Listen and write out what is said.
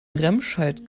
remscheid